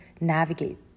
navigate